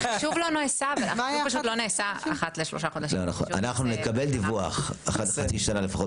אנחנו נקבל דיווח אחת לחצי שנה לפחות